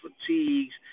fatigues